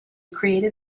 created